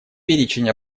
перечень